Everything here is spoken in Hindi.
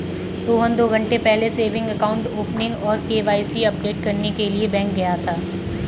रोहन दो घन्टे पहले सेविंग अकाउंट ओपनिंग और के.वाई.सी अपडेट करने के लिए बैंक गया था